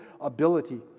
ability